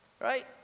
Right